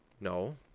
No